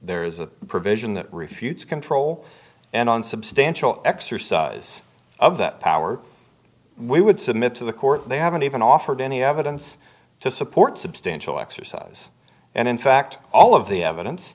there is a provision that refutes control and on substantial exercise of that power we would submit to the court they haven't even offered any evidence to support substantial exercise and in fact all of the evidence